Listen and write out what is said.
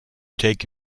take